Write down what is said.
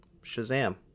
Shazam